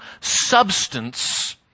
substance